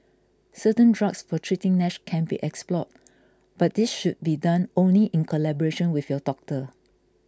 certain drugs for treating Nash can be explored but this should be done only in collaboration with your doctor